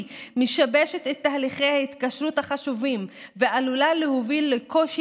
משבשת את תהליכי ההתקשרות החשובים ועלולה להוביל לקושי